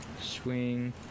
swing